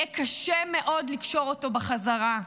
יהיה קשה מאוד לקשור אותו בחזרה,